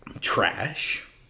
trash